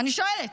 אני שואלת.